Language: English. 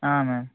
ma'am